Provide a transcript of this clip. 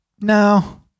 No